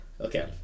okay